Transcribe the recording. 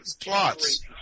plots